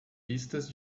pistas